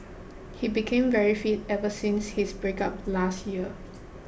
he became very fit ever since his breakup last year